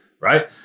Right